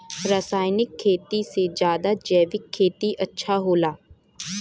रासायनिक खेती से ज्यादा जैविक खेती अच्छा होला